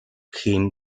him